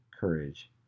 courage